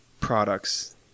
products